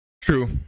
True